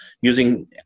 using